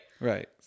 Right